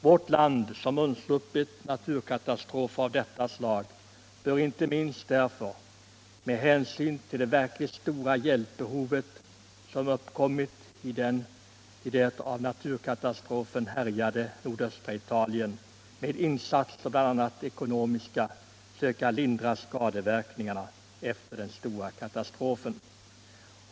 Vårt land, som undsluppit naturkatastrofer av detta slag, bör inte minst därför och med hänsyn till det verkligt stora hjälpbehov som uppkommit i det av naturkatastrofen härjade nordöstra Italien med bl.a. ekonomiska insatser söka lindra skadeverkningarna efter den stora katastrofen.